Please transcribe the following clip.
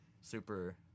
super